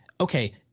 okay